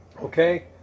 Okay